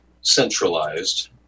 centralized